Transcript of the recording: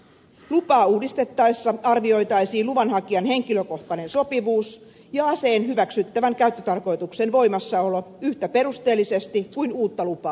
lupaa uudistettaessa arvioitaisiin luvanhakijan henkilökohtainen sopivuus ja aseen hyväksyttävän käyttötarkoituksen voimassaolo yhtä perusteellisesti kuin uutta lupaa haettaessa